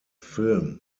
film